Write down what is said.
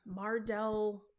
Mardell